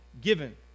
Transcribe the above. given